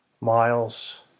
Miles